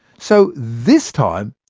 so this time,